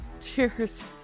Cheers